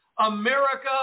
America